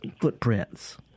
footprints